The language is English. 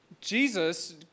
Jesus